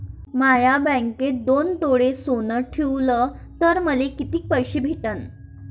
म्या बँकेत दोन तोळे सोनं ठुलं तर मले किती पैसे भेटन